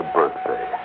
birthday